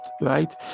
right